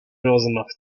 rozmach